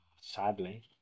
Sadly